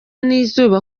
n’izuba